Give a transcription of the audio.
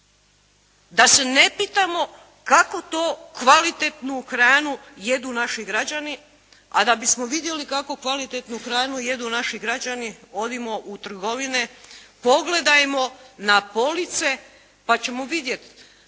Da se ne pitamo kakvu to kvalitetnu hranu jedu naši građani? A da bismo vidjeli kakvu kvalitetnu hranu jedu naši građani odimo u trgovine. Pogledajmo na police pa ćemo vidjet.